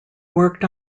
worked